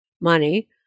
money